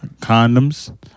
Condoms